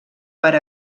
per